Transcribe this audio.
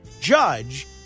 judge